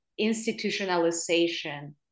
institutionalization